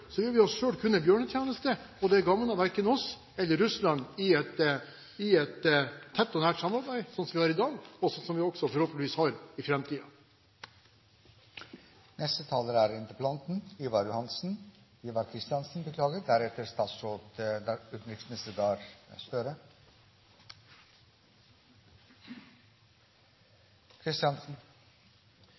vi oss selv kun en bjørnetjeneste, og det gagner verken oss eller Russland i et tett og nært samarbeid sånn som vi har i dag, og som vi forhåpentligvis også vil ha i framtiden. Neste taler er interpellanten, Ivar Johansen – Ivar Kristiansen, beklager, deretter